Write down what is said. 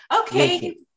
okay